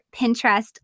Pinterest